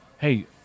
hey